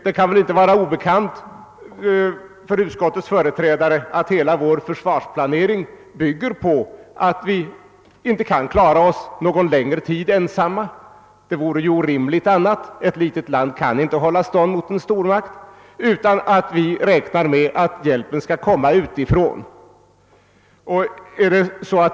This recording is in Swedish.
Det kan väl inte vara obekant för utskottets företrädare att hela vår försvarsplanering bygger på att vi inte kan klara oss ensamma någon längre tid — det vore orimligt, ty ett litet land kan inte hålla stånd mot en stormakt. Vi måste räkna med att hjälpen skall komma utifrån.